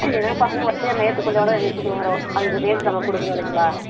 ஏன்னா பசங்களை வச்சு அங்கே ஏற்றி கொண்டு வரோம் ஏற்றிட்டு வரோம் அதுக்கு ரேட் நம்ம கொடுக்கணும் இல்லைங்களா